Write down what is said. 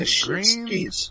Green